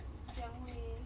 !wahpiang! eh